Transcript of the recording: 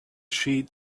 sheet